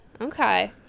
Okay